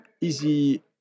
easy